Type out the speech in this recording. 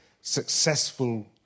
successful